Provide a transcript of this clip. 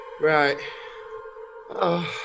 right